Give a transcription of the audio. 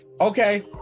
Okay